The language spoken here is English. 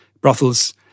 brothels